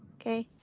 okay,